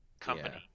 company